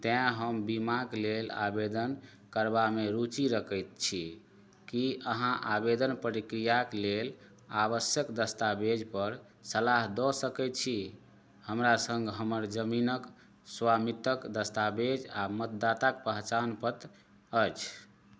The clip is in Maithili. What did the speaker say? तेॅं हम बीमाक लेल आवेदन करबामे रूचि रखैत छी की अहाँ आवेदन प्रक्रियाक लेल आवश्यक दस्तावेज पर सलाह दऽ सकैत छी हमरा सङ्ग हमर जमीनक स्वामित्वक दस्तावेज आ मतदाता पहचान पत्र अछि